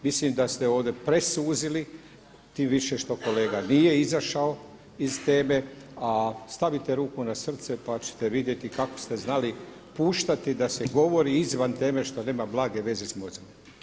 Mislim da ste ovdje presuzili tim više što kolega nije izašao iz teme a stavite ruku na srce pa čete vidjeti kako ste znali puštati da se govori izvan teme što nema blage veze s mozgom.